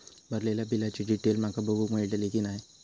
भरलेल्या बिलाची डिटेल माका बघूक मेलटली की नाय?